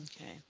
Okay